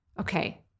Okay